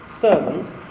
sermons